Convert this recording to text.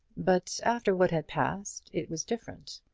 but after what had passed it was different.